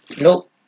Nope